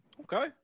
Okay